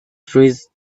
trees